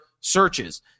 searches